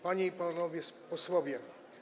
Panie i Panowie Posłowie!